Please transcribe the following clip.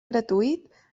gratuït